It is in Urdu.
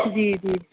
جی جی